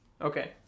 Okay